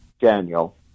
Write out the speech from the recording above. Daniel